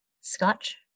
Scotch